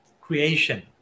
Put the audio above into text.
creation